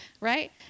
right